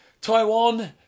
Taiwan